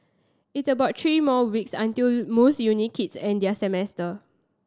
it's about three more weeks until most uni kids end their semester